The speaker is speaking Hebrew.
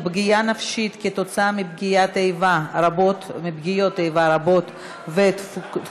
פגיעה נפשית כתוצאה מפגיעות איבה רבות ותכופות),